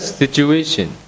situation